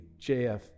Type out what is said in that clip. jf